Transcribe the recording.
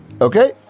Okay